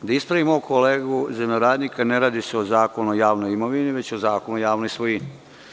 Da ispravim mog kolegu zemljoradnika, ne radi se o Zakonu o javnoj imovini, već o Zakonu o javnoj svojini.